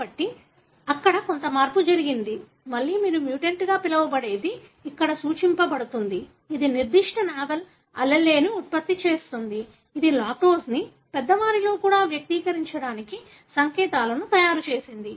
కాబట్టి అక్కడ కొంత మార్పు జరిగింది మళ్లీ మీరు మ్యుటేషన్గా పిలవబడేది ఇక్కడ సూచించబడు తుంది ఇది నిర్దిష్ట నావెల్ allele ఉత్పత్తి చేస్తుంది ఇది లాక్టేజ్ని పెద్దవారిలో కూడా వ్యక్తీకరించడానికి సంకేతాలను తయారు చేసింది